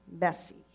messy